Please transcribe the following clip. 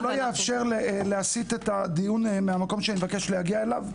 אני לא אאפשר להסיט את הדיון מהמקום שאני מבקש להגיע אליו.